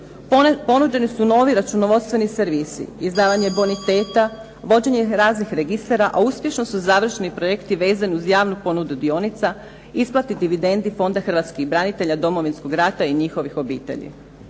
Ponuđeni su novi računovodstveni servisi, izdavanje boniteta, vođenje raznih registara, a uspješno su završeni projekti vezani uz javnu ponudu dionica, isplati dividendi Fonda hrvatskih branitelja Domovinskog rata i njihovih obitelji.